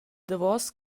davos